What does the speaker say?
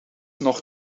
nog